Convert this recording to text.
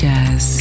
Jazz